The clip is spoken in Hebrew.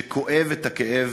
שכואב את הכאב